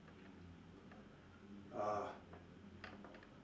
ah